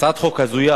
הצעת חוק הזויה,